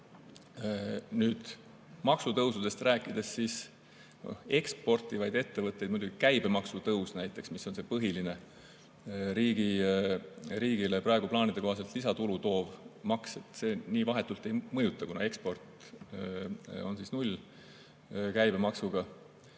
kui maksutõusudest rääkida, siis eksportivaid ettevõtteid muidugi käibemaksu tõus, mis on see põhiline riigile praegu plaanide kohaselt lisatulu toov maks, nii vahetult ei mõjuta, kuna eksport on nullkäibemaksuga.